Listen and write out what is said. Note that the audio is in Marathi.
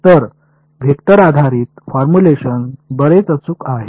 तर वेक्टर आधारित फॉर्म्युलेशन बरेच अचूक आहेत